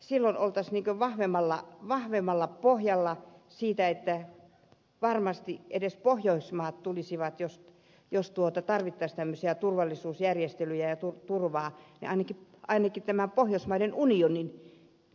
silloin oltaisiin niin kuin vahvemmalla pohjalla siitä että varmasti edes pohjoismaat jos tarvittaisiin tämmöisiä turvallisuusjärjestelyjä ja turvaa ainakin tämän pohjoismaiden unionin